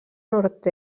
nord